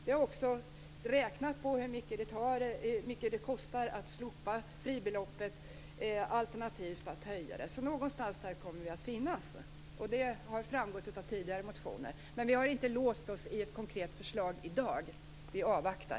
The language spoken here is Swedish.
Vi har också räknat på hur mycket det kostar att slopa fribeloppet alternativt att höja det. Ungefär så anser vi att det skall vara, vilket har framgått av tidigare motioner. Men vi har i dag inte låst oss vid ett konkret förslag. Vi avvaktar.